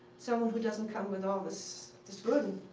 so who doesn't come with all this this burden.